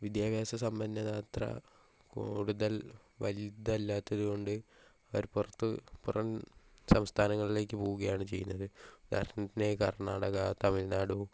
വിദ്യാഭ്യാസമ്പന്നത അത്ര കൂടുതൽ വലുതല്ലാത്തതുകൊണ്ട് അവർ പുറത്ത് പുറം സംസ്ഥാനങ്ങളിലേക്ക് പോകാണ് ചെയ്യുന്നത് ഉദാഹരണത്തിന് ഈ കർണാടക തമിഴ്നാടു